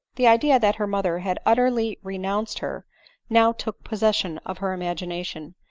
the idea that her mother had utterly renounced her now took possession of her imagination,